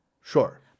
Sure